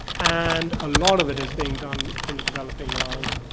and a lot of it is being done in the developing world,